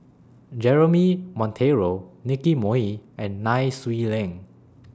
Jeremy Monteiro Nicky Moey and Nai Swee Leng